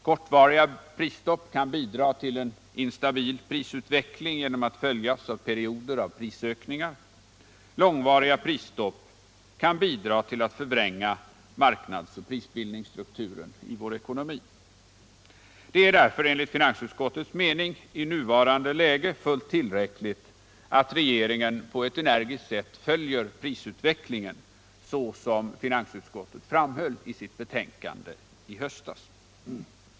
Kortvariga prisstopp kan bidra till en instabil prisutveckling genom att följas av perioder av prisökningar. Långvariga prisstopp bidrar till att förvränga marknads och prisbildningsstrukturen i vår ekonomi. Det är därför enligt finansutskottets mening i det nuvarande läget fullt tillräckligt att regeringen på ett energiskt säv följer prisutvecklingen så som framhölls i finansutskottets betänkande i höstas.